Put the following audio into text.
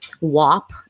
WAP